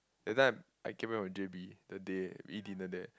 that time I came back from J_B that day we eat dinner there